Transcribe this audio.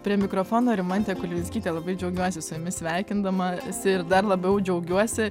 prie mikrofono rimantė kulvinskytė labai džiaugiuosi su jumis sveikindamasi ir dar labiau džiaugiuosi